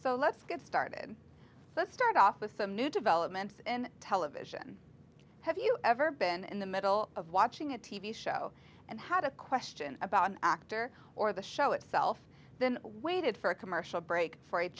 so let's get started let's start off with some new developments in television have you ever been in the middle of watching a t v show and had a question about an actor or the show itself then waited for a commercial break f